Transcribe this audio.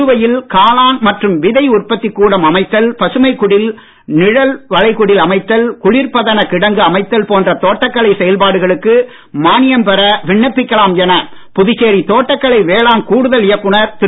புதுவையில் காளான் மற்றும் விதை உற்பத்திக் கூடம் அமைத்தல் பசுமை குடில் நிழல் வளைகுடில் அமைத்தல் குளிர் பதன கிடங்கு அமைத்தல் போன்ற தோட்டக்கலை செயல்பாடுகளுக்கு மானியம் பெற விண்ணப்பிக்கலாம் என புதுச்சேரி தோட்டக்கலை வேளாண் கூடுதல் இயக்குனர் திரு